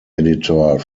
editor